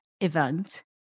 event